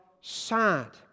sad